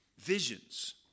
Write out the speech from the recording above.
visions